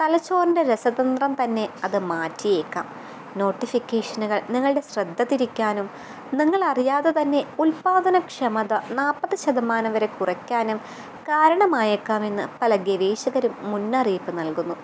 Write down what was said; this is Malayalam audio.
തലച്ചോറിന്റെ രസതന്ത്രം തന്നെ അത് മാറ്റിയേക്കാം നോട്ടിഫിക്കേഷനുകൾ നിങ്ങളുടെ ശ്രദ്ധ തിരിക്കാനും നിങ്ങളറിയാതെ തന്നെ ഉത്പാദന ക്ഷമത നാൽപ്പത് ശതമാനം വരെ കുറക്കാനും കാരണമായേക്കാമെന്ന് പല ഗവേഷകരും മുന്നറിയിപ്പ് നൽകുന്നു